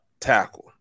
tackle